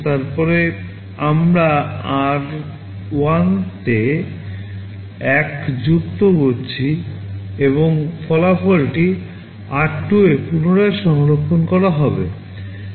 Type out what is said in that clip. তারপরে আমরা আর 1 তে 1 যুক্ত করছি এবং ফলাফলটি আর 2 এ পুনরায় সংরক্ষণ করা হবে